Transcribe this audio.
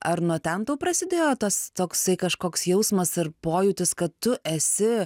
ar nuo ten tau prasidėjo tas toksai kažkoks jausmas ir pojūtis kad tu esi